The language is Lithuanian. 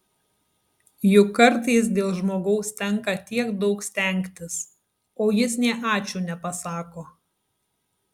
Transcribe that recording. juk kartais dėl žmogaus tenka tiek daug stengtis o jis nė ačiū nepasako